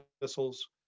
missiles